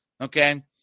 okay